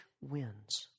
wins